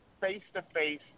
face-to-face